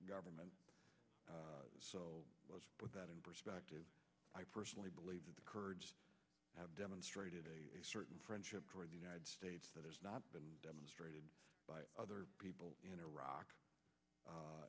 government so with that in perspective i personally believe that the kurds have demonstrated a certain friendship toward the united states that has not been demonstrated by other people in iraq